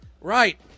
Right